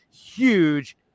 huge